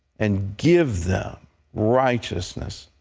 and give them righteousness,